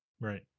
Right